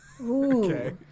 Okay